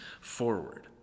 forward